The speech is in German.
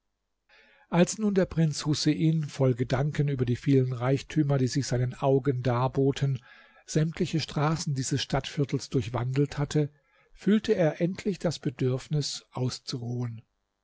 als nun der prinz husein voll gedanken über die vielen reichtümer die sich seinen augen darboten sämtliche straßen dieses stadtviertels durchwandelt hatte fühlte er endlich das bedürfnis auszuruhen